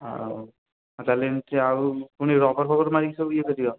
ହଉ ଆଉ ତାହେଲେ ଏମିତି ଆଉ ପୁଣି ରବର୍ ଫବର ମାରିକି ସବୁ ଇଏ କରିବ